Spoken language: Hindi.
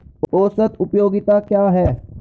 औसत उपयोगिता क्या है?